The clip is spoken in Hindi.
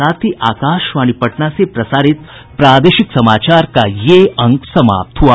इसके साथ ही आकाशवाणी पटना से प्रसारित प्रादेशिक समाचार का ये अंक समाप्त हुआ